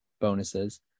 bonuses